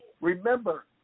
Remember